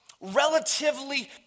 relatively